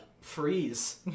freeze